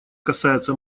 касается